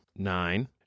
Nine